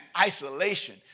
isolation